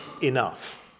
enough